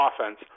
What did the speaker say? offense